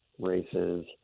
races